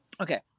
Okay